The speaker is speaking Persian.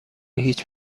هیچ